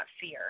fear